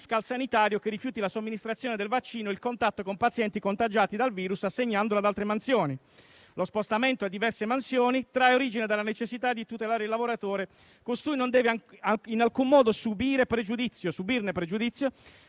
al sanitario che rifiuti la somministrazione del vaccino il contatto con pazienti contagiati dal virus, assegnandolo ad altre mansioni. Lo spostamento a diverse mansioni trae origine dalla necessità di tutelare il lavoratore, costui non deve in alcun modo subirne pregiudizio,